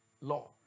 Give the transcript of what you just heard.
law